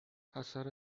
اثر